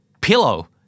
Pillow